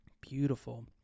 Beautiful